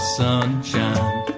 sunshine